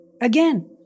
again